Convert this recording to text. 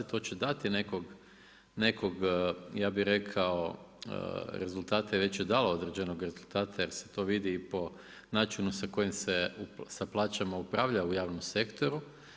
To će dati nekog ja bih rekao rezultata i već je dalo određenog rezultata jer se to vidi i po načinu sa kojim se sa plaćama upravlja u javnom sektoru.